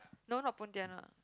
no not pontianak